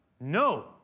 No